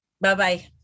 Bye-bye